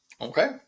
Okay